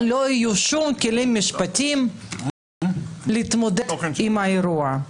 כאן לא יהיו כל כלים משפטיים להתמודד עם האירוע.